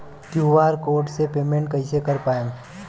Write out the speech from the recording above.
QR code से payment कईसे कर पाएम?